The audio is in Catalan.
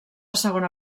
segona